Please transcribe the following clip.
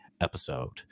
episode